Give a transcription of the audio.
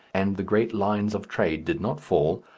and the great lines of trade did not fall,